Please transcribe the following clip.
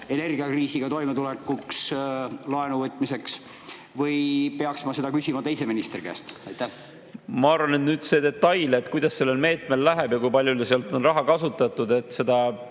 energiakriisiga toimetulekuks, laenu võtmiseks? Või peaks ma seda küsima teise ministri käest? Ma arvan, et see detail, kuidas sellel meetmel läheb ja kui palju on raha kasutatud – seda